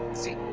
see,